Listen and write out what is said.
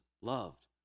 loved